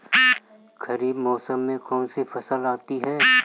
खरीफ मौसम में कौनसी फसल आती हैं?